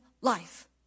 life